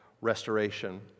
restoration